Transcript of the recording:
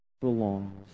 belongs